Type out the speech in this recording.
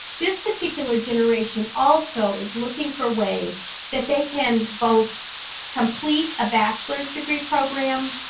this particular generation also is looking for ways that they can both complete a bachelor's degree program,